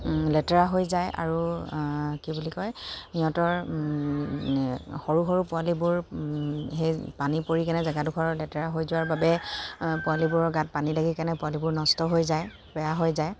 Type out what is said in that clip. লেতেৰা হৈ যায় আৰু কি বুলি কয় সিহঁতৰ সৰু সৰু পোৱালিবোৰ সেই পানী পৰি কেনে জেগাডোখৰ লেতেৰা হৈ যোৱাৰ বাবে পোৱালিবোৰৰ গাত পানী লাগি কেনে পোৱালিবোৰ নষ্ট হৈ যায় বেয়া হৈ যায়